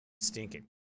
stinking